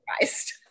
surprised